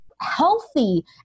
healthy